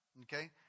okay